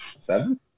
Seven